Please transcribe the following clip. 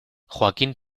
joaquín